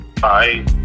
Bye